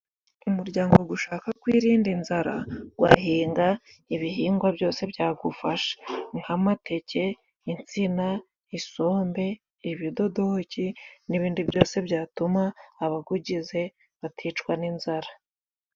Umuryango gushaka kwirinda inzara gwahinga ibihingwa byose byagufasha nk'amateke, insina, isombe, ibidodoki n'ibindi byose byatuma abagugize baticwa n'inzara.